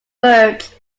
birds